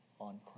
on